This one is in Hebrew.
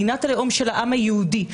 מדינת הלאום של העם היהודי,